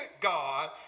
God